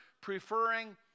preferring